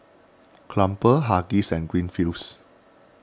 Crumpler Huggies and Greenfields